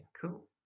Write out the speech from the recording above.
cool